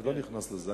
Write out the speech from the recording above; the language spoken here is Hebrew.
אני לא נכנס לזה.